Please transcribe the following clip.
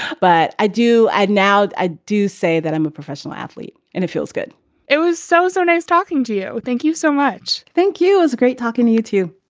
but i do. and now i do say that i'm a professional athlete and it feels good it was so, so nice talking to you. thank you so much. thank you is great talking to you, too